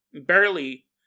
Barely